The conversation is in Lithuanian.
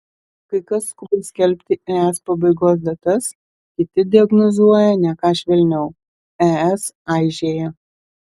kai kas skuba skelbti es pabaigos datas kiti diagnozuoja ne ką švelniau es aižėja